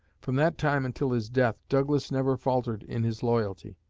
from that time until his death douglas never faltered in his loyalty,